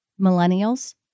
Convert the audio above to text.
millennials